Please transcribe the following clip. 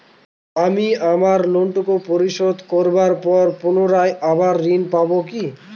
আমি আমার লোন টুকু পরিশোধ করবার পর পুনরায় আবার ঋণ পাবো কি?